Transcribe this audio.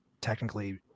technically